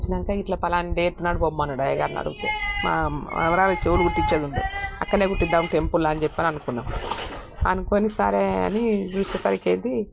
ఇచ్చాక ఇలా పలానా డేట్ నాడు పోమ్మన్నాడు అయిన గారిని అడుగుతే మా మనవరాలికి చెవులు కుట్టించేది ఉండేది అక్కనే కుట్టిద్దాం టెంపులు అని చెప్పి అని అనుకున్నాం అనుకుని సారే అని చూసేసరికేది